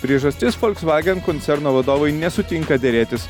priežastis volkswagen koncerno vadovai nesutinka derėtis